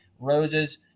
roses